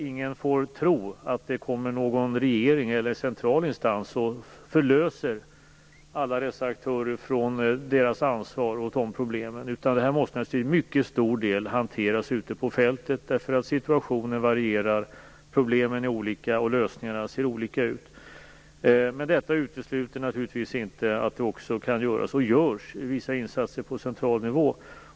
Ingen får tro att någon regering eller central instans kommer och löser dessa aktörer från deras ansvar och problem, utan detta måste till mycket stor del hanteras ute på fältet. Situationerna varierar, problemen är olika och lösningarna ser olika ut. Detta utesluter naturligtvis inte att det också kan göras, och görs, vissa insatser på central nivå.